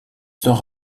sans